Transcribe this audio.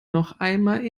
nochmal